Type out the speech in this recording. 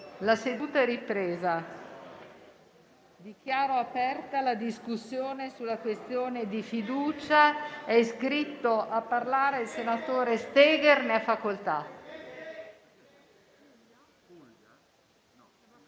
una nuova finestra"). Dichiaro aperta la discussione sulla questione di fiducia. È iscritto a parlare il senatore Steger. Ne ha facoltà.